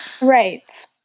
Right